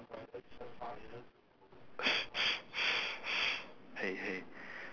!hey! !hey!